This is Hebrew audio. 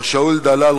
למר שאול דלל,